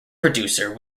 producer